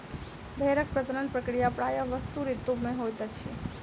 भेड़क प्रजनन प्रक्रिया प्रायः वसंत ऋतू मे होइत अछि